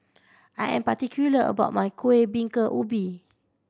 I am particular about my Kueh Bingka Ubi